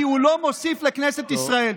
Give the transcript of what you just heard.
כי הוא לא מוסיף לכנסת ישראל.